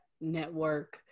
network